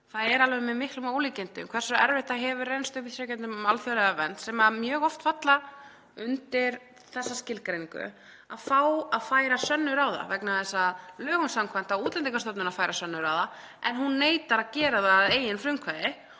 að það er með miklum ólíkindum hversu erfitt það hefur reynst umsækjendum um alþjóðlega vernd, sem mjög oft falla undir þessa skilgreiningu, að fá að færa sönnur á það, af því að lögum samkvæmt á Útlendingastofnun að færa sönnur á það en hún neitar að gera það að eigin frumkvæði